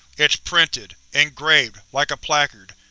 it's printed, engraved, like a placard.